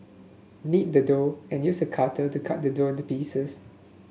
knead the dough and use a cutter to cut the dough into pieces